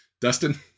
Dustin